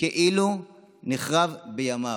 כאילו נחרב בימיו.